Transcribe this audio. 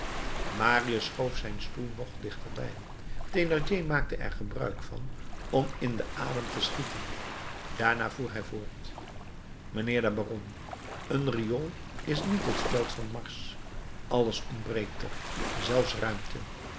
marius schoof zijn stoel nog dichter bij thénardier maakte er gebruik van om in den adem te schieten daarna voer hij voort mijnheer de baron een riool is niet het veld van mars alles ontbreekt er zelfs ruimte